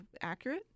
accurate